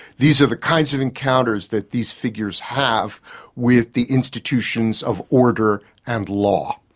these are the kinds of encounters that these figures have with the institutions of order and law.